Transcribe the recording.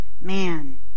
Man